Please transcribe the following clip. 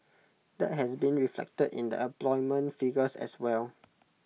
that has been reflected in the employment figures as well